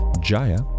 Jaya